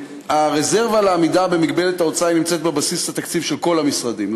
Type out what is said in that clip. הרזרבה לעמידה במגבלת ההוצאה נמצאת בבסיס התקציב של כל המשרדים,